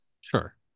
Sure